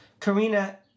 Karina